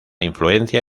influencia